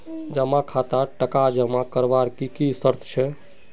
जमा खातात टका जमा करवार की की शर्त छे?